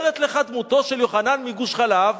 מצטיירת לך דמותו של יוחנן מגוש-חלב